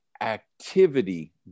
activity